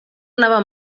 anava